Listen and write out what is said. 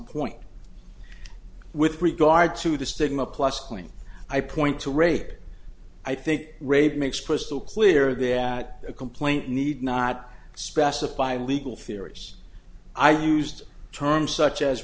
point with regard to the stigma plus point i point to rape i think rape makes crystal clear that a complaint need not specify legal theories i used terms such as